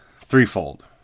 threefold